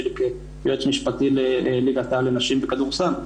יועץ משפטי לליגת העל לנשים בכדורסל.